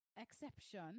exception